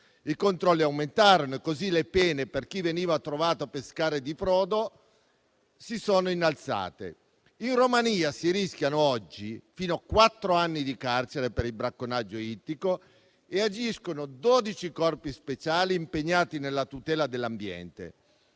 I controlli aumentarono e così le pene per chi veniva trovato a pescare di frodo si sono innalzate. In Romania si rischiano oggi fino a quattro anni di carcere per il bracconaggio ittico e agiscono dodici corpi speciali impegnati nella tutela dell'ambiente.